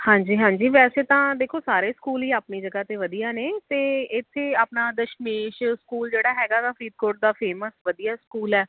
ਹਾਂਜੀ ਹਾਂਜੀ ਵੈਸੇ ਤਾਂ ਦੇਖੋ ਸਾਰੇ ਸਕੂਲ ਹੀ ਆਪਣੀ ਜਗ੍ਹਾ 'ਤੇ ਵਧੀਆ ਨੇ ਅਤੇ ਇੱਥੇ ਆਪਣਾ ਦਸ਼ਮੇਸ਼ ਸਕੂਲ ਜਿਹੜਾ ਹੈਗਾ ਫਰੀਦਕੋਟ ਦਾ ਫੇਮਸ ਵਧੀਆ ਸਕੂਲ ਹੈ